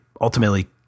ultimately